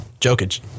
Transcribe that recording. Jokic